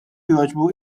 jogħġbu